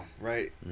right